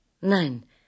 Nein